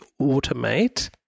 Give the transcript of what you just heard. automate